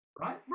right